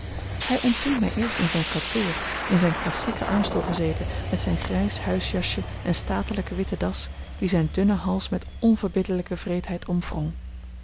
hij ontving mij eerst in zijn kantoor in zijn klassieken armstoel gezeten met zijn grijs huisjasje en statelijke witte das die zijn dunne hals met onverbiddelijke wreedheid omwrong